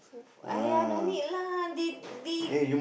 !aiya! no need lah they they